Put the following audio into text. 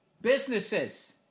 businesses